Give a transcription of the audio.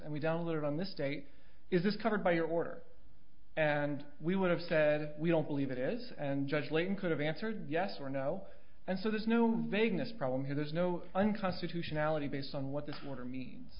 and we download it on this date is this covered by your order and we would have said we don't believe it is and judge layton could have answered yes or no and so there's no vagueness problem here there's no unconstitutionality based on what the order means